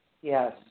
Yes